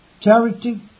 Charity